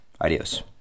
Adios